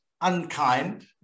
unkind